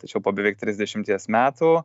tačiau po beveik trisdešimties metų